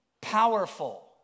powerful